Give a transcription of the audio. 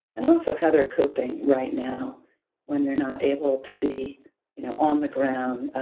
and also how they're coping right now when they're not able to be you know on the ground